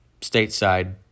stateside